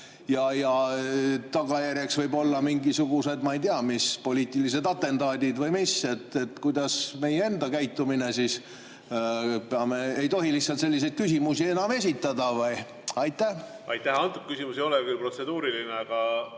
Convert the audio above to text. ja tagajärjeks võivad olla mingisugused, ma ei tea millised, poliitilised atentaadid või mis? Kuidas meie enda käitumisega siis on? Ei tohi lihtsalt selliseid küsimusi enam esitada või? Aitäh! Antud küsimus ei ole küll protseduuriline, aga